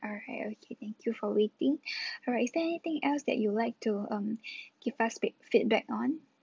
alright okay thank you for waiting alright is there anything else that you would like to um give us feed~ feedback on